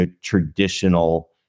traditional